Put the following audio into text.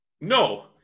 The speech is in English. No